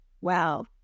wow